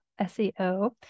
SEO